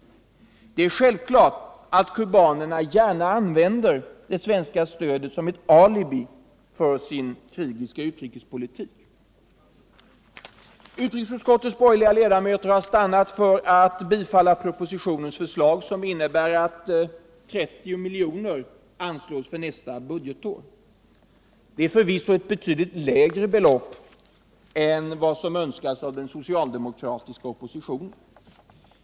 Det är självklart att kubanerna gärna använder det svenska stödet som ett alibi för sin krigiska utrikespolitik. Utrikesutskottets borgerliga ledamöter har stannat för att bifalla propositionens förslag, som innebär att 30 miljoner anslås för nästa budgetår. Det är förvisso ett betydligt lägre belopp än vad som önskas av den socialdemokratiska oppositionen.